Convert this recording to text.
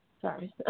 Sorry